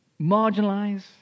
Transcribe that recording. marginalize